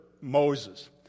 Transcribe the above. Moses